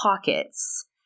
pockets